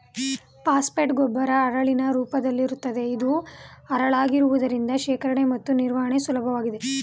phosphate ಗೊಬ್ಬರ ಹರಳಿನ ರೂಪದಲ್ಲಿರುತ್ತದೆ ಇದು ಹರಳಾಗಿರುವುದರಿಂದ ಶೇಖರಣೆ ಮತ್ತು ನಿರ್ವಹಣೆ ಸುಲಭವಾಗಿದೆ